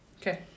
Okay